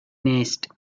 nest